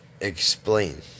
explain